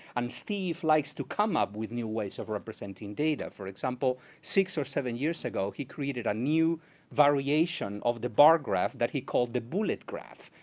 um steve likes to come up with new ways of representing data. for example, six or seven years ago he created a new variation of the bar graph that he called the bullet graph,